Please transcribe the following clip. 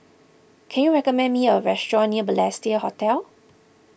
can you recommend me a restaurant near Balestier Hotel